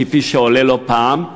כפי שעולה לא פעם,